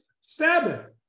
Sabbath